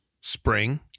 spring